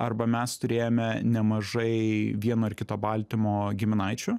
arba mes turėjome nemažai vieno ar kito baltymo giminaičių